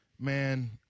man